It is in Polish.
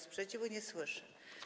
Sprzeciwu nie słyszę.